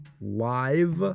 Live